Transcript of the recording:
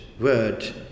word